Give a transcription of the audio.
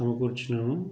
సమకూర్చినాము